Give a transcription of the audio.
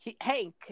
Hank